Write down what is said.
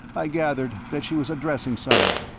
i gathered that she was addressing someone,